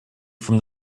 from